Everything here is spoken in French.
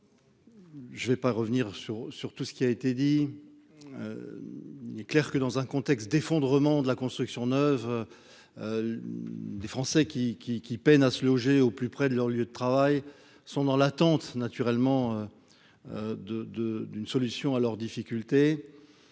Je ne vais pas revenir sur, sur tout ce qui a été dit, il est clair que dans un contexte d'effondrement de la construction neuve des Français qui qui qui peinent à se loger au plus près de leur lieu de travail sont dans l'attente, naturellement, de, de, d'une solution à leurs difficultés,